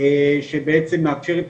נקודה נוספת שהייתי רוצה לציין,